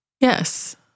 Yes